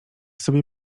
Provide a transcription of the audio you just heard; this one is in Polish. sobie